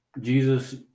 Jesus